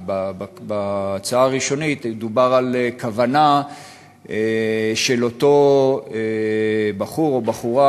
כי בהצעה הראשונית דובר על כוונה של אותו בחור או בחורה,